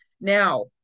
Now